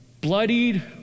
Bloodied